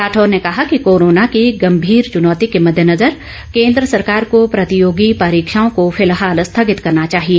राठौर ने कहा कि कोरोना की गंभीर चुनौती के मददेनजर केन्द्र सरकार को प्रतियोगी परीक्षाओं को फिलहाल स्थगित करना चाहिए